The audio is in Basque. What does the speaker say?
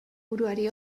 buruari